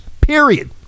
period